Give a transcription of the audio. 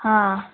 हां